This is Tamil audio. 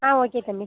ஆ ஓகே தம்பி